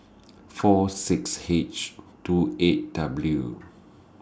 four six H two eight W